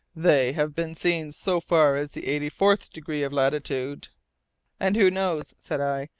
they have been seen so far as the eighty-fourth degree of latitude and who knows, said i,